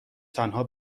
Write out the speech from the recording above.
تنها